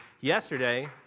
yesterday